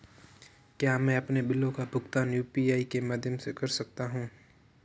क्या मैं अपने बिलों का भुगतान यू.पी.आई के माध्यम से कर सकता हूँ?